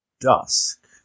dusk